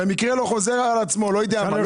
שהמקרה לא חוזר על עצמו, לא יודע מה.